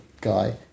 guy